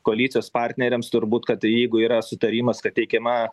koalicijos partneriams turbūt kad jeigu yra sutarimas kad teikiama